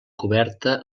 coberta